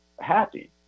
happy